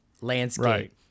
landscape